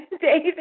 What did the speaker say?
David